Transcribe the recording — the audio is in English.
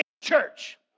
Church